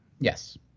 Yes